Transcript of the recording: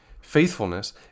Faithfulness